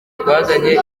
twazanye